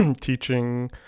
teaching